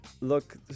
Look